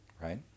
right